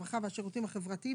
הרווחה והשירותים החברתיים,